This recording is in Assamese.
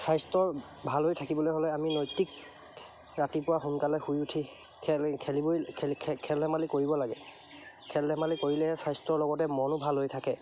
স্বাস্থ্যৰ ভাল হৈ থাকিবলৈ হ'লে আমি নৈতিক ৰাতিপুৱা সোনকালে শুই উঠি খেল খেলিবই খেলি খেল ধেমালি কৰিব লাগে খেল ধেমালি কৰিলেহে স্বাস্থ্যৰ লগতে মনো ভাল হৈ থাকে